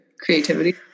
creativity